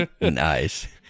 nice